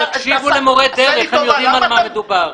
תקשיבו למורי דרך, הם יודעים על מה מדובר.